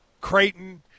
Creighton